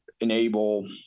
enable